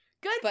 Good